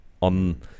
on